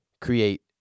create